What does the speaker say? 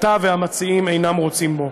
שאתה והמציעים אינכם רוצים בו.